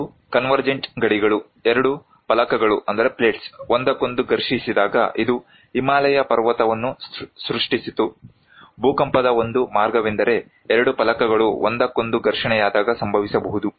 ಒಂದು ಕನ್ವರ್ಜೆಂಟ್ ಗಡಿಗಳು ಎರಡು ಫಲಕಗಳು ಒಂದಕ್ಕೊಂದು ಘರ್ಷಿಸಿದಾಗ ಇದು ಹಿಮಾಲಯ ಪರ್ವತವನ್ನು ಸೃಷ್ಟಿಸಿತು ಭೂಕಂಪದ ಒಂದು ಮಾರ್ಗವೆಂದರೆ ಎರಡು ಫಲಕಗಳು ಒಂದಕ್ಕೊಂದು ಘರ್ಷಣೆಯಾದಾಗ ಸಂಭವಿಸಬಹುದು